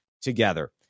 together